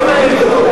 בדיוק.